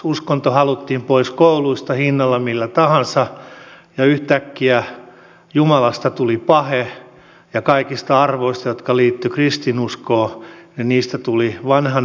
uskonto haluttiin pois kouluista hinnalla millä tahansa ja yhtäkkiä jumalasta tuli pahe ja kaikista arvoista jotka liittyivät kristinuskoon vanhanaikaisia